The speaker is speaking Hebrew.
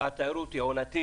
יש לנו מעט זמן.